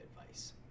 advice